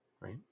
Right